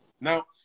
Now